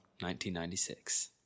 1996